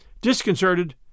Disconcerted